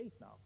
now